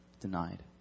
denied